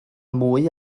mwy